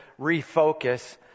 refocus